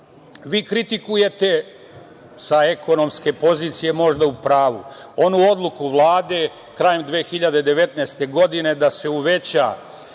Vi kritikujete, sa ekonomske pozicije možda u pravu, onu odluku Vlade krajem 2019. godine, da se uveća